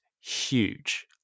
huge